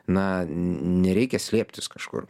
na nereikia slėptis kažkur